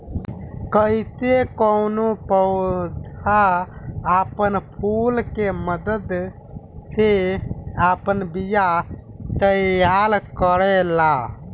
कइसे कौनो पौधा आपन फूल के मदद से आपन बिया तैयार करेला